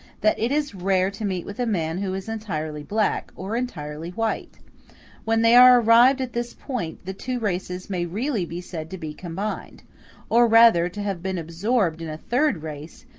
that it is rare to meet with a man who is entirely black, or entirely white when they are arrived at this point, the two races may really be said to be combined or rather to have been absorbed in a third race,